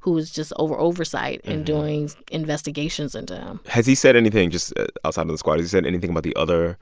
who's just over oversight and doing investigations into him has he said anything just outside of the squad, has he said anything about the other